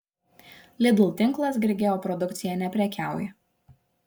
lidl tinklas grigeo produkcija neprekiauja